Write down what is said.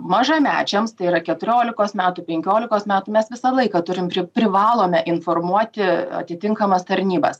mažamečiams tai yra keturiolikos metų penkiolikos metų mes visą laiką turim privalome informuoti atitinkamas tarnybas